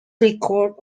record